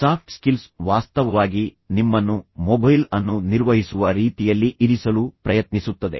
soft skills ವಾಸ್ತವವಾಗಿ ನಿಮ್ಮನ್ನು mobile ಅನ್ನು ನಿರ್ವಹಿಸುವ ರೀತಿಯಲ್ಲಿ ಇರಿಸಲು ಪ್ರಯತ್ನಿಸುತ್ತದೆ